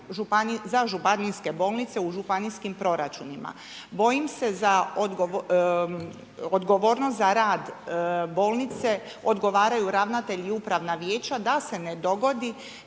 za županijske bolnice u županijskim proračunima. Bojim se za odgovornost za rad bolnice odgovaraju ravnatelj i Upravna vijeća da se ne dogodi